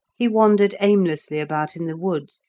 he wandered aimlessly about in the woods,